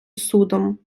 судом